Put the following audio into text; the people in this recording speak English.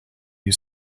you